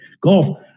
golf